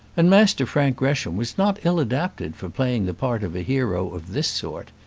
and master frank gresham was not ill adapted for playing the part of a hero of this sort.